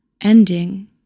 ending